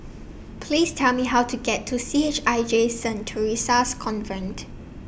Please Tell Me How to get to C H I J Saint Theresa's Convent